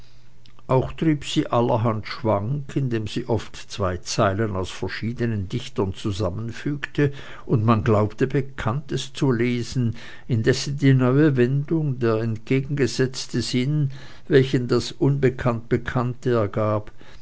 auch trieb sie allerhand schwank indem sie oft zwei zeilen aus verschiedenen dichtern zusammenfügte und man glaubte bekanntes zu lesen indessen die neue wendung der entgegengesetzte sinn welchen das unbekannt bekannte ergab